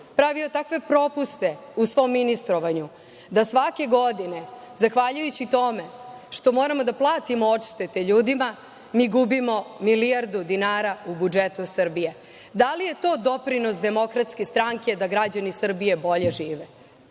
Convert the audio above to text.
pravio takve propuste u svom ministrovanju, da svake godine, zahvaljujući tome što moramo da platimo odštete ljudima, mi gubimo milijardu dinara u budžetu Srbije. Da li je to doprinos Demokratske stranke da građani Srbije bolje žive,